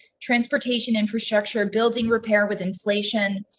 transportation, infrastructure, building, repair with inflation.